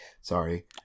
Sorry